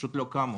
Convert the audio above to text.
פשוט לא קמו